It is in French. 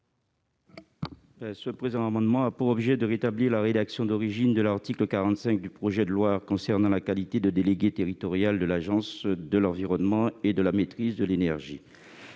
Le présent amendement a pour objet de rétablir la rédaction initiale de l'article 45 du projet de loi pour ce qui concerne la qualité de délégué territorial de l'Agence de l'environnement et de la maîtrise de l'énergie